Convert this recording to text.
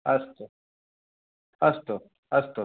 अस्तु अस्तु अस्तु